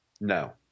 No